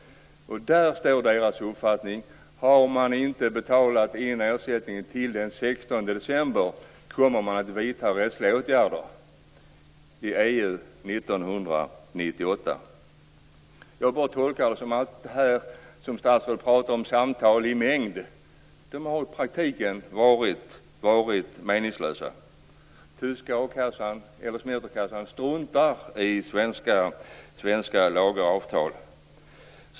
Där står deras uppfattning: Har det inte betalats in ersättning till den 16 december kommer man att vidta rättsliga åtgärder - i EU, 1998. Jag tolkar detta som att de samtal i mängd som statsrådet pratar om i praktiken har varit meningslösa. Tyska semesterkassan struntar i svenska lagar och avtal.